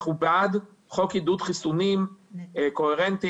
אנחנו בעד חוק עידוד חיסונים קוהרנטי,